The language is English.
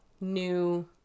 new